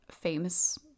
famous